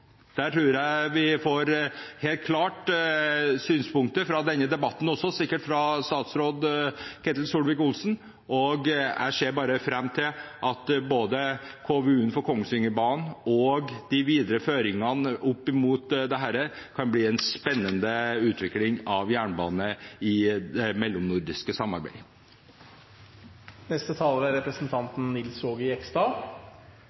Der tror jeg vi helt klart får synspunkter fra denne debatten fra statsråd Ketil Solvik-Olsen, og jeg ser fram til at både KVU-en for Kongsvingerbanen og de videre føringene opp mot dette kan føre til en spennende utvikling av jernbanen i det mellomnordiske